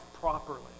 properly